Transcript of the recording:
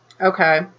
Okay